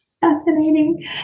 Fascinating